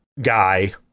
guy